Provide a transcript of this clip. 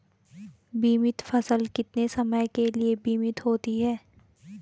बीमित फसल कितने समय के लिए बीमित होती है?